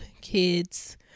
kids